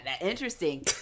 Interesting